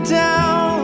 down